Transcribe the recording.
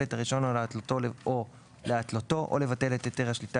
את הרישיון או להתלותו או לבטל את היתר השליטה,